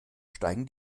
steigen